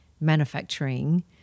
manufacturing